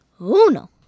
Uno